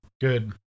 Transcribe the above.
Good